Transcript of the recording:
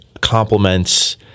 complements